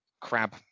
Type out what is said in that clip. crab